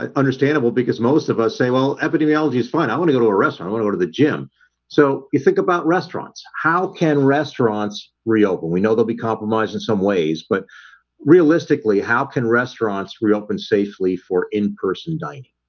um understandable because most of us say well epidemiology is fine i want to go to a restaurant. i want to go to the gym so you think about restaurants how can restaurants reopen we know they'll be compromised in some ways but realistically, how can restaurants reopen safely for in-person dining?